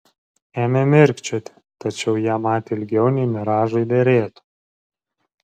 ėmė mirkčioti tačiau ją matė ilgiau nei miražui derėtų